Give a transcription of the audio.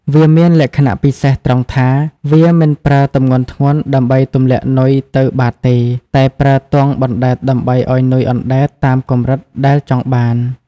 វាមានលក្ខណៈពិសេសត្រង់ថា វាមិនប្រើទម្ងន់ធ្ងន់ដើម្បីទម្លាក់នុយទៅបាតទេ តែប្រើទង់បណ្ដែតដើម្បីឲ្យនុយអណ្ដែតតាមកម្រិតដែលចង់បាន។